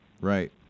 Right